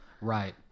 Right